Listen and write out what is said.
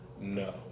No